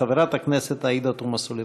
חברת הכנסת עאידה תומא סלימאן.